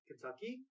Kentucky